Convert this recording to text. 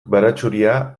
baratxuria